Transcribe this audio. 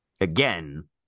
again